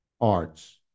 arts